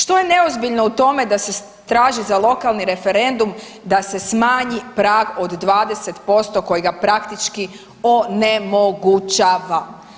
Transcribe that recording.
Što je neozbiljno u tome da traži za lokalni referendum da se smanji prag od 20% koji ga praktički onemogućava.